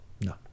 No